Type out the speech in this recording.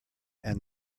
and